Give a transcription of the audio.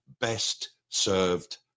best-served